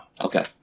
Okay